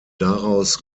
daraus